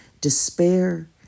despair